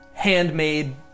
handmade